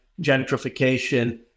gentrification